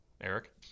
Eric